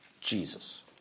Jesus